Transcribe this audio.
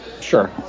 Sure